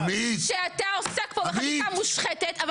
שאתה עוסק פה בחקיקה מושחתת,